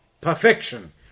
perfection